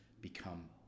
become